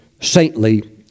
saintly